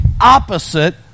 opposite